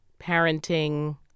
parenting